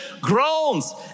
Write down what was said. groans